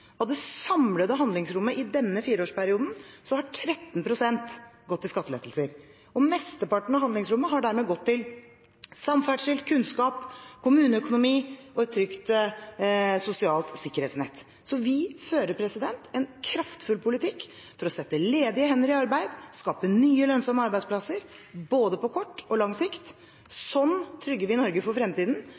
Av det samlede handlingsrommet i denne fireårsperioden har 13 pst. gått til skattelettelser. Mesteparten av handlingsrommet har dermed gått til samferdsel, kunnskap, kommuneøkonomi og et trygt sosialt sikkerhetsnett. Regjeringen fører en kraftfull politikk for å sette ledige hender i arbeid og skape nye lønnsomme arbeidsplasser, både på kort og på lang sikt. Slik trygger vi Norge for fremtiden.